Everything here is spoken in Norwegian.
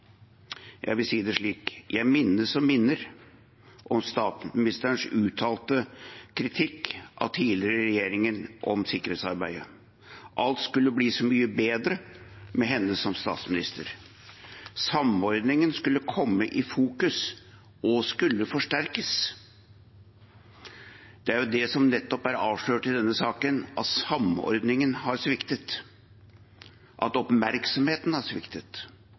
Jeg minnes og minner om statsministerens uttalte kritikk av den tidligere regjeringen om sikkerhetsarbeidet. Alt skulle bli så mye bedre med henne som statsminister. Samordningen skulle komme i fokus og skulle forsterkes. Det er jo det som nettopp er avslørt i denne saken, at samordningen har sviktet, at oppmerksomheten har sviktet.